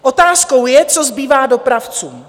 Otázkou je, co zbývá dopravcům?